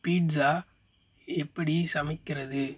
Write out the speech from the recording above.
pizza எப்படி சமைக்கிறது